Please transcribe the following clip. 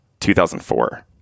2004